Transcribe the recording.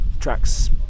tracks